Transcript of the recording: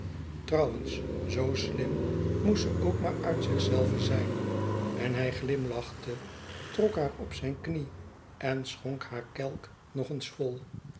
trouwens zoo slim moest ze ook maar uit zichzelve zijn en hij glimlachte trok haar op zijn knie en schonk haar kelk nog eens vol